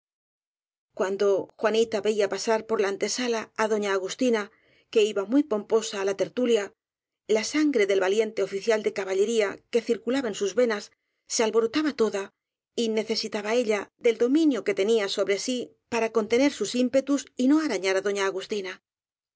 cuando juanita veía pasar por la antesala á doña agustina que iba muy pomposa á la tertulia la sangre del valiente oficial de caballería que circu laba en sus venas se alborotaba toda y necesitaba ella del dominio que tenía sobre sí para contener sus ímpetus y no arañar á doña agustina